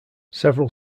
several